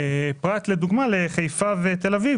פרט לחיפה ותל אביב,